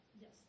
Yes